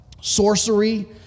Sorcery